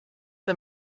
the